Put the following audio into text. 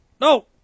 No